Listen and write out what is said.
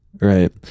Right